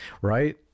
right